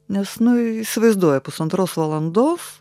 nes nu įsivaizduoju pusantros valandos